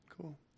Cool